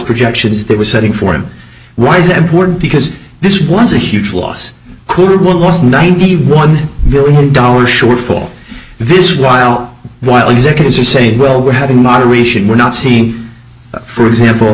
projections they were setting for him why is it important because this was a huge loss could one last ninety one billion dollars shortfall this while while executives are saying well we're having moderation we're not seeing for example